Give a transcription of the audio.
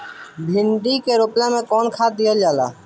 भिंदी के रोपन मे कौन खाद दियाला?